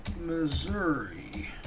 missouri